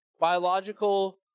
biological